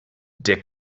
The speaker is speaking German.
der